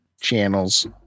channels